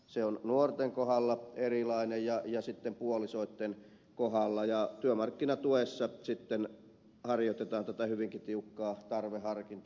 se on nuorten kohdalla erilainen ja sitten puolisoitten kohdalla ja työmarkkinatuessa sitten harjoitetaan tätä hyvinkin tiukkaa tarveharkintaa